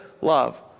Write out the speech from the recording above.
love